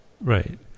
Right